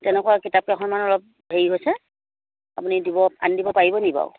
তেনেকুৱা কিতাপ কেইখনমান অলপ হেৰি হৈছে আপুনি দিব আনি দিব পাৰিব নি বাৰু